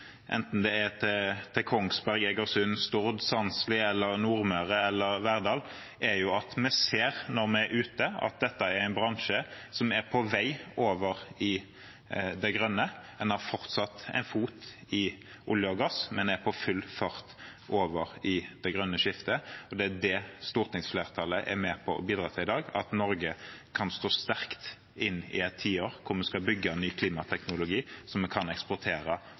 enten det er til Kongsberg, Egersund, Stord, Sandsli, Nordmøre eller Verdal, er at vi ser – når vi er der ute – at dette er en bransje som er på vei over i det grønne. Den har fortsatt en fot i olje og gass, men er på full fart over i det grønne skiftet. Det er det stortingsflertallet er med på å bidra til i dag – at Norge kan stå sterkt i den tiden da vi skal bygge ny klimateknologi som vi kan eksportere